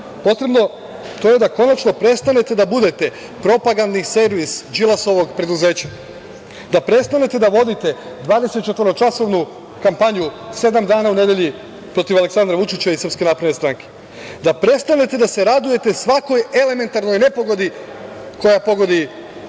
potrebno, to je da konačno prestanete da budete propagandni servis Đilasovog preduzeća, da prestanete da vodite dvadesetčetvoročasovnu kampanju sedam dana u nedelji protiv Aleksandra Vučića i SNS, da prestanete da se radujete svakoj elementarnoj nepogodi koja pogodi